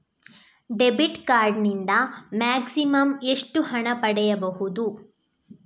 Debit card ನಿಂದ maximum ಎಷ್ಟು ಹಣ ಪಡೆಯಬಹುದು?